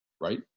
right